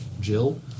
Jill